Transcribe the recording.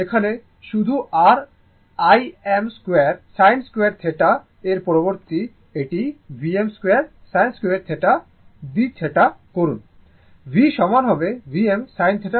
এখানেও শুধু r Im2sin2θ এর পরিবর্তে এটি Vm2sin2θdθ করুন V সমান হবে Vm sinθ এর সাথে